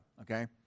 Okay